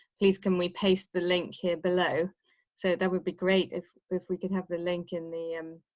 please can we paste the link here below so there would be great if if we could have the link in the. um